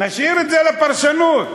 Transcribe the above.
נשאיר את זה לפרשנות,